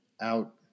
out